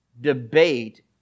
debate